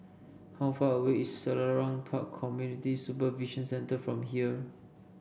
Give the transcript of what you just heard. how far away is Selarang Park Community Supervision Centre from here